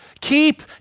Keep